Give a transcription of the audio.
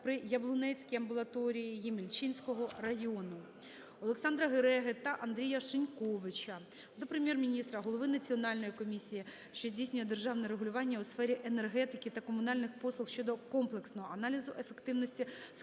при Яблунецькій амбулаторії Ємільчинського району. Олександра Гереги та Андрія Шиньковича до Прем'єр-міністра, голови Національної комісії, що здійснює державне регулювання у сферах енергетики та комунальних послуг щодо комплексного аналізу ефективності